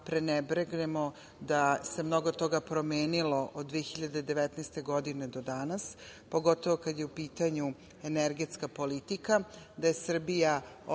prenebregnemo da se mnogo toga promenilo od 2019. godine do danas, pogotovo kada je u pitanju energetska politika, da je Srbija